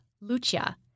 Lucia